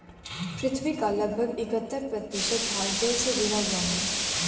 पृथ्वी का लगभग इकहत्तर प्रतिशत भाग जल से घिरा हुआ है